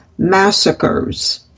massacres